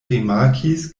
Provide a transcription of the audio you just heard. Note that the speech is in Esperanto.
rimarkis